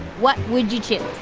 what would you choose?